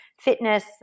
fitness